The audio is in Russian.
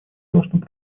доступ